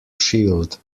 shield